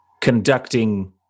conducting